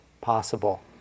possible